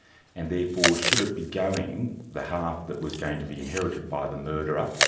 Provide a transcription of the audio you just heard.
and therefore should it be going, the half that was going to be inherited by the murderer,